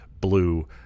blue